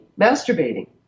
masturbating